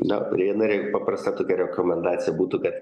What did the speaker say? na riena reik paprasta tokia rekomendacija būtų kad